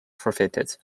forfeited